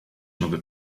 nowy